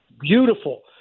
beautiful